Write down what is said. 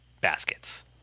Baskets